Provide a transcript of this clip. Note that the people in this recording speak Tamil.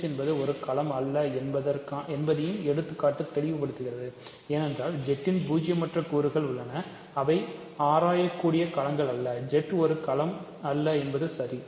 Z என்பது ஒரு களம் அல்ல என்பதையும் எடுத்துக்காட்டு தெளிவுபடுத்துகிறது ஏனென்றால் Z இன் பூஜ்ஜியமற்ற கூறுகள் உள்ளன அவை ஆராயக்கூடியத களம்கள் அல்ல Z ஒரு களம் அல்ல சரி